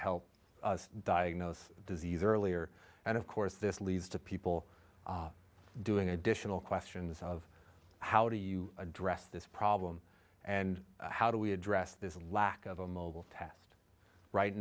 help diagnose the disease earlier and of course this leads to people doing additional questions of how do you address this problem and how do we address this lack of a mobile tast right